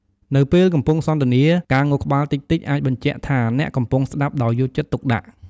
នៅពេលកំពុងសន្ទនា ការងក់ក្បាលតិចៗ អាចបញ្ជាក់ថាអ្នកកំពុងស្តាប់ដោយយកចិត្តទុកដាក់។